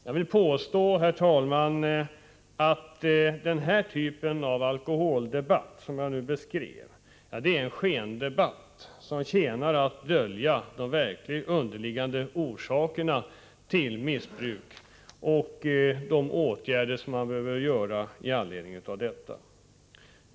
Jag vill, herr talman, påstå att denna typ av alkoholdebatt är en skendebatt, som tjänar att dölja de verkliga underliggande orsakerna till missbruk och de åtgärder som behöver vidtas med anledning av dessa.